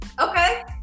Okay